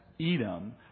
Edom